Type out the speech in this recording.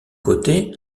côté